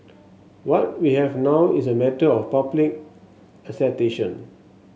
what we have now is a matter of public